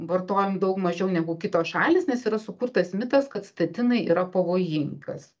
vartojam daug mažiau negu kitos šalys nes yra sukurtas mitas kad statinai yra pavojingas